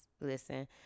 listen